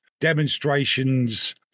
demonstrations